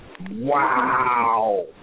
Wow